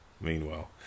Meanwhile